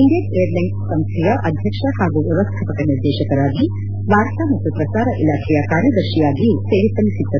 Indian airline ಸಂಸ್ಥೆಯ ಅಧ್ಯಕ್ಷ ಹಾಗೂ ವ್ಯವಸ್ಥಾಪಕ ನಿರ್ದೇಶಕರಾಗಿ ವಾರ್ತಾ ಮತ್ತು ಪ್ರಸಾರ ಇಲಾಖೆಯ ಕಾರ್ಯದರ್ಶಿಯಾಗಿಯೂ ಸೇವೆ ಸಲ್ಲಿಸಿದ್ದರು